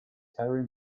terry